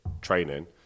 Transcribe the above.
training